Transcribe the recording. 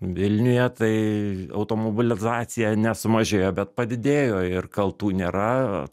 vilniuje tai automobilizacija nesumažėjo bet padidėjo ir kaltų nėra